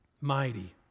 Mighty